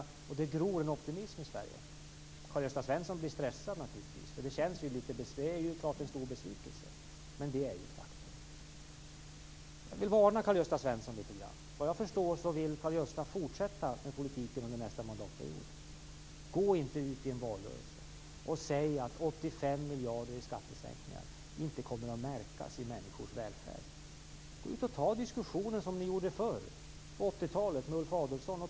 Det gror en optimism i Karl-Gösta Svenson blir naturligtvis stressad. Det är ju klart att det är en stor besvikelse, men det är ju ett faktum. Jag vill varna Karl-Gösta Svenson litet grand. Såvitt jag förstår vill Karl-Gösta Svenson fortsätta med politiken under nästa mandatperiod. Gå inte ut i en valrörelse och säg att 85 miljarder i skattesänkningar inte kommer att märkas i människors välfärd. Gå ut och ta diskussionen som ni gjorde på 80-talet med Ulf Adelsohn.